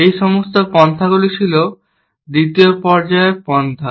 এই সমস্ত পন্থাগুলি ছিল 2টি পর্যায়ের পন্থা